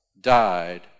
died